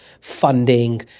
funding